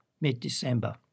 mid-December